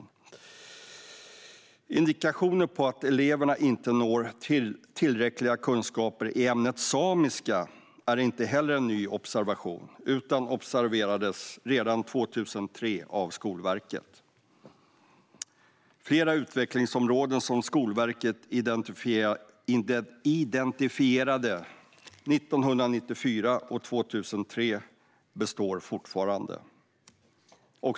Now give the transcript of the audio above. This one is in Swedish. Indikationer på att eleverna inte når tillräckliga kunskaper i ämnet samiska är inte heller en ny observation, utan observerades redan 2003 av Skolverket. Flera utvecklingsområden som Skolverket identifierade 1994 och 2003 består fortfarande.